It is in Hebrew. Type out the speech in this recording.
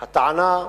הטענה,